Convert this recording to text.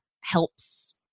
helps